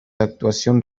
actuacions